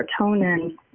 serotonin